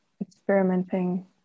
experimenting